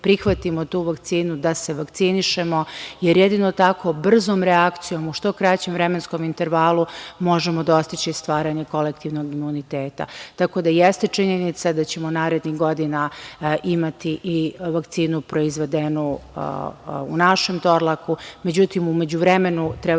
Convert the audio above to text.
tu vakcinu, da se vakcinišemo jer jedino tako, brzom reakcijom u što kraćem vremenskom intervalu možemo dostići stvaranje kolektivnog imuniteta. Tako da, jeste činjenica da ćemo narednih godina imati i vakcinu proizvedenu u našem „Torlaku“, međutim u međuvremenu treba